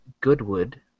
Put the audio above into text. Goodwood